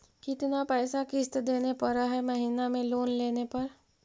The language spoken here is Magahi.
कितना पैसा किस्त देने पड़ है महीना में लोन लेने पर?